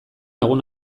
egun